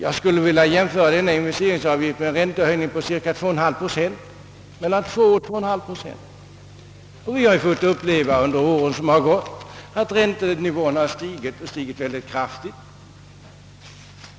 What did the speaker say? Jag skulle vilja jämföra den föreslagna avgiften med en räntehöjning på 2—2,5 procent. Under de gångna åren har vi ju fått uppleve att räntenivån stigit mycket kraftigt.